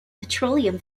petroleum